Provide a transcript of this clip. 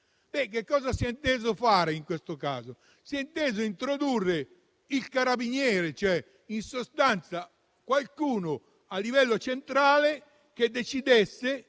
che cosa si è inteso fare in questo caso? Si è inteso introdurre il carabiniere, cioè qualcuno che, a livello centrale, decidesse